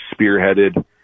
spearheaded